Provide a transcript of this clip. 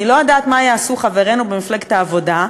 אני לא יודעת מה יעשו חברינו במפלגת העבודה,